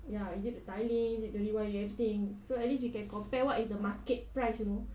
ya is it the tilings is it everything so at least you can compare what is the market price you know